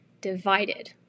divided